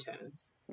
tones